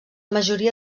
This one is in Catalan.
majoria